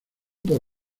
por